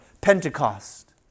Pentecost